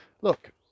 Look